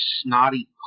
snotty